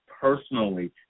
personally